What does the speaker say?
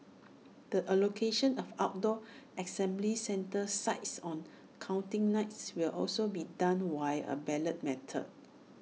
the allocation of outdoor assembly centre sites on counting night will also be done via A ballot method